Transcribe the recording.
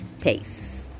pace